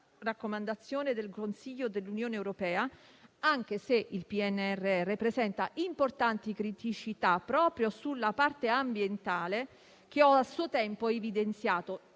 del Consiglio dell'Unione europea, anche se il PNRR presenta importanti criticità proprio sulla parte ambientale, che ho a suo tempo evidenziato